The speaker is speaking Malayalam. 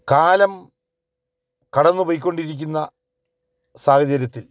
കാലം കടന്ന് പോയിക്കൊണ്ടിരിക്കുന്ന സാഹചര്യത്തില്